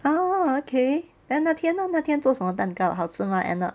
oh okay then 那天呢那天做什么蛋糕好吃吗 end up